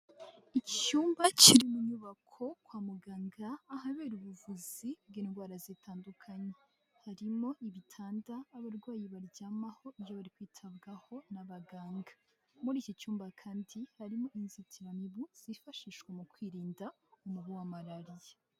Icyumba kiri mu nyubako kwa muganga ahabera ubuvuzi bw'indwara zitandukanye. Harimo ibitanda abarwayi baryamaho iyo bari kwitabwaho n'abaganga, muri iki cyumba kandi harimo inzitiramibu zifashishwa mu kwirinda umubu wa Malariya.